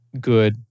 Good